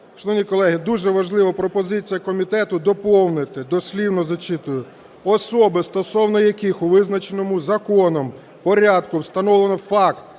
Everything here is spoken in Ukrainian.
Шановні колеги, дуже важлива пропозиція комітету, доповнити, дослівно зачитую: "Особи, стосовно яких у визначеному Законом порядку встановлено факт